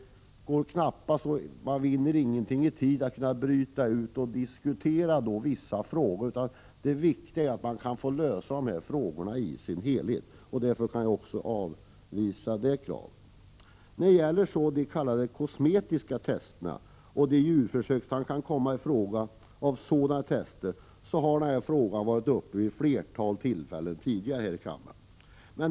Man vinner inget i tid genom att bryta ut och diskutera vissa frågor för sig. Det viktiga är att dessa frågor löses i sin helhet. Därför avvisar jag även det kravet. Frågan om s.k. kosmetiska tester och de djurförsök som kan bli aktuella med anledning av dessa har varit uppe vid flera tidigare tillfällen här i kammaren.